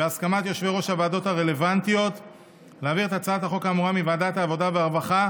התרבות והספורט לוועדת הכנסת נתקבלה.